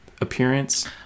appearance